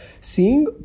Seeing